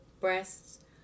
breasts